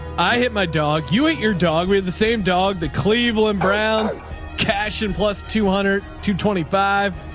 i hit my dog. you ate your dog. we had the same dog, the cleveland browns cash and plus two hundred and two twenty five.